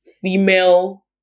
female